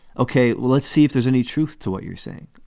ok, well, let's see if there's any truth to what you're saying.